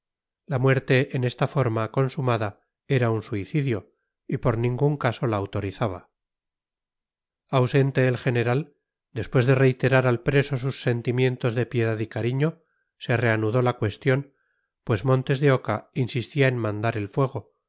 la muerte en esta forma consumada era un suicidio y por ningún caso la autorizaba ausente el general después de reiterar al preso sus sentimientos de piedad y cariño se reanudó la cuestión pues montes de oca insistía en mandar el fuego